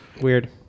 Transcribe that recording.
Weird